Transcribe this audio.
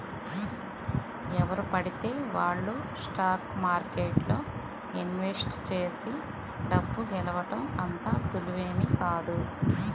ఎవరు పడితే వాళ్ళు స్టాక్ మార్కెట్లో ఇన్వెస్ట్ చేసి డబ్బు గెలవడం అంత సులువేమీ కాదు